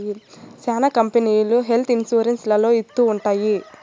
శ్యానా కంపెనీలు health insurance లలో ఇత్తూ ఉంటాయి